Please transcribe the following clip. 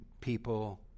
people